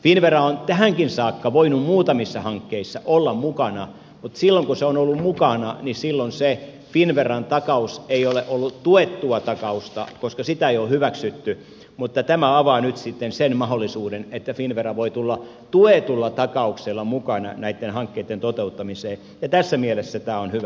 finnvera on tähänkin saakka voinut muutamissa hankkeissa olla mukana mutta silloin kun se on ollut mukana se finnveran takaus ei ole ollut tuettua takausta koska sitä ei ole hyväksytty mutta tämä avaa nyt sitten sen mahdollisuuden että finnvera voi tulla tuetulla takauksella mukaan näitten hankkeitten toteuttamiseen ja tässä mielessä tämä on hyvä